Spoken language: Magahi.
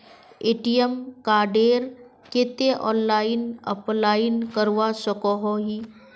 ए.टी.एम कार्डेर केते ऑनलाइन अप्लाई करवा सकोहो ही?